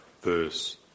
verse